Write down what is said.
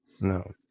No